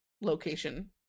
location